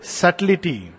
subtlety